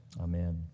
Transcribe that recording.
Amen